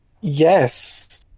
Yes